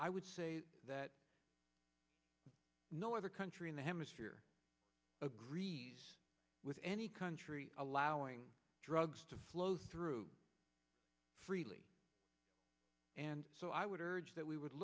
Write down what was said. i would say that no other country in the hemisphere agreed with any country allowing drugs to flow through really and so i would urge that we would